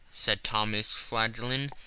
said thomas flanagan,